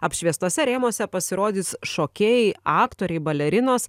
apšviestuose rėmuose pasirodys šokėjai aktoriai balerinos